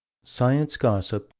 science gossip,